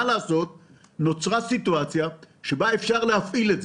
אבל מה לעשות שנוצרה סיטואציה שבה אפשר להפעיל,